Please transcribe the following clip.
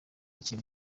kintu